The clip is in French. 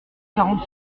quarante